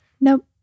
Nope